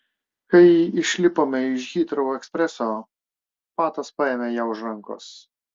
kai išlipome iš hitrou ekspreso patas paėmė ją už rankos